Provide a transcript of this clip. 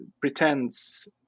pretends